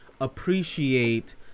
appreciate